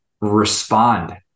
respond